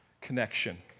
connection